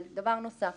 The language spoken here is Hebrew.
אבל דבר נוסף